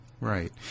Right